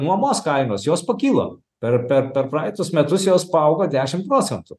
nuomos kainos jos pakilo per per per praeitus metus jos paaugo dešimt procentų